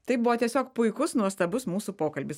tai buvo tiesiog puikus nuostabus mūsų pokalbis